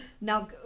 Now